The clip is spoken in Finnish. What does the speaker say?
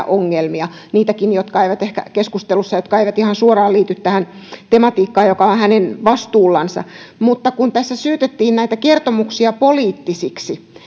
ongelmia niitäkin jotka eivät ehkä nousseet keskustelussa ja jotka eivät ihan suoraan liity tähän tematiikkaan joka on hänen vastuullansa mutta kun tässä syytettiin näitä kertomuksia poliittisiksi